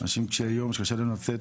אנשים קשי יום שקשה להם לצאת,